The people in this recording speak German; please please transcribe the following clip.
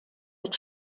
mit